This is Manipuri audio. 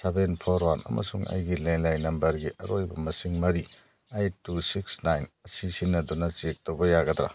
ꯁꯕꯦꯟ ꯐꯣꯔ ꯋꯥꯟ ꯑꯃꯁꯨꯡ ꯑꯩꯒꯤ ꯂꯦꯟꯂꯥꯏꯟ ꯅꯝꯕꯔꯒꯤ ꯑꯔꯣꯏꯕ ꯃꯁꯤꯡ ꯃꯔꯤ ꯑꯩꯠ ꯇꯨ ꯁꯤꯛꯁ ꯅꯥꯏꯟ ꯑꯁꯤ ꯁꯤꯖꯤꯟꯅꯗꯨꯅ ꯆꯦꯛ ꯇꯧꯕ ꯌꯥꯒꯗ꯭ꯔꯥ